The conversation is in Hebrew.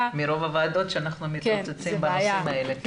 --- מרוב הוועדות שאנחנו מתרוצצים בנושאים האלה.